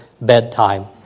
bedtime